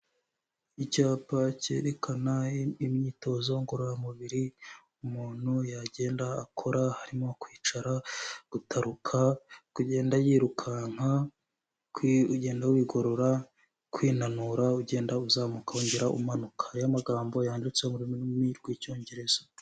Icyapa cyerekana imyitozo ngororamubiri umuntu yagenda akora, harimo kwicara, gutaruka, kugenda yirukanka, ugenda wigorora, kwinanura, ugenda uzamuka, wongera umanuka. Hariho amagambo yanditse mu rurimi rw'Icyongereza.